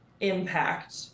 impact